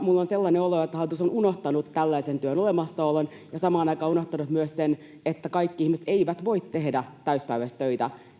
Minulla on sellainen olo, että hallitus on unohtanut tällaisen työn olemassaolon ja samaan aikaan unohtanut myös sen, että kaikki ihmiset eivät voi tehdä täyspäiväisesti töitä.